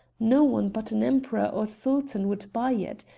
no one but an emperor or sultan would buy it.